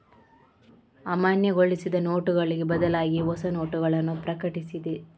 ಅಮಾನ್ಯಗೊಳಿಸಿದ ನೋಟುಗಳಿಗೆ ಬದಲಾಗಿಹೊಸ ನೋಟಗಳನ್ನು ಪ್ರಕಟಿಸಿದೆ